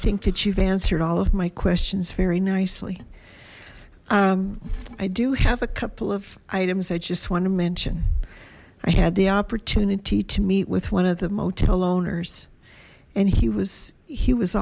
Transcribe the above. think that you've answered all of my questions very nicely i do have a couple of items i just want to mention i had the opportunity to meet with one of the motel owners and he was he was